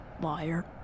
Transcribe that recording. Liar